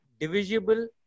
divisible